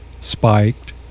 spiked